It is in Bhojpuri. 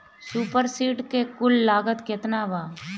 सुपर सीडर के कुल लागत केतना बा?